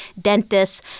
dentists